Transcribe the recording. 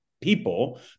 people